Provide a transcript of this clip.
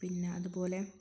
പിന്നെ അതുപോലെ